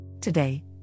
Today